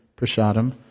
prashadam